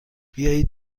بیایید